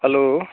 hello